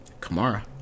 Kamara